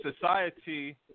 society